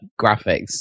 graphics